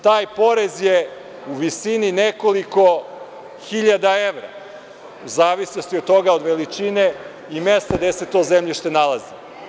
Taj porez je u visini nekoliko hiljada evra u zavisnosti od veličine i mesta gde se to mesto nalazi.